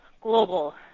global